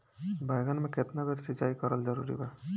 बैगन में केतना बेर सिचाई करल जरूरी बा?